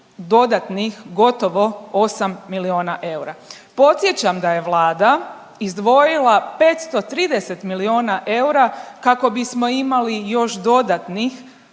dodatnih gotovo 8 milijuna eura. Podsjećam da je Vlada izdvojila 530 milijuna eura kako bismo imali još dodatnih